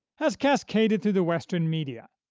has cascaded through the western media,